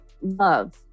love